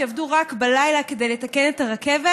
שיעבדו רק בלילה כדי לתקן את הרכבת.